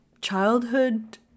childhood